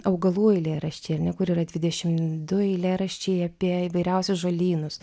augalų eilėraščiai ar ne kur yra dvidešim du eilėraščiai apie įvairiausius žolynus